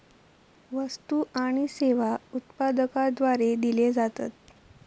वस्तु आणि सेवा उत्पादकाद्वारे दिले जातत